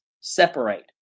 separate